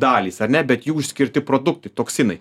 dalys ar ne bet jų išskirti produktai toksinai